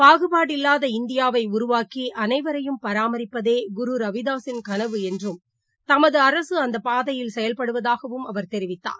பாகுபாடில்லாத இந்தியாவைஉருவாக்கிஅனைவரையும் பராமரிப்பதே குரு ரவிதாஸுன் கனவு என்றும் தமதுஅரசுஅந்தபாதையில் செயல்படுவதாகவும் அவர் தெரிவித்தார்